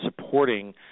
supporting